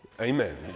Amen